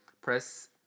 press